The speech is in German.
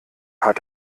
hat